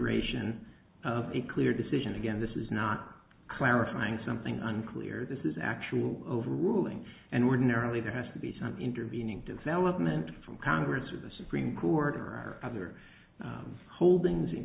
reconsideration of a clear decision again this is not clarifying something unclear this is actually overruling and ordinarily there has to be some intervening development from congress or the supreme court or other holdings in